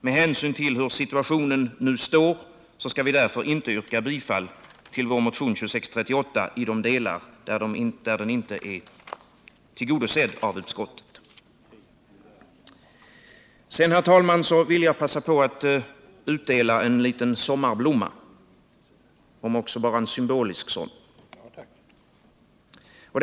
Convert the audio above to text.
Med hänsyn till hur situationen nu är skall vi därför inte yrka bifall till vår motion 2638 i de delar där den inte tillgodosetts av utskottet. Herr talman! Jag vill passa på att utdela en liten sommarblomma, om också bara en symbolisk sådan.